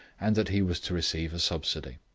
and that he was to receive a subsidy.